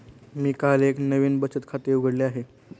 मी काल एक नवीन बचत खाते उघडले आहे